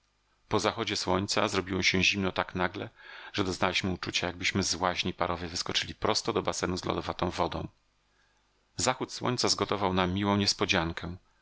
po zachodzie słońca zrobiło się zimno tak nagle że doznaliśmy uczucia jakbyśmy z łaźni parowej wskoczyli prosto do basenu z lodowatą wodą zachód słońca zgotował nam miłą niespodziankę